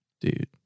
dude